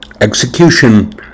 execution